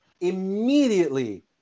immediately